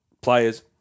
players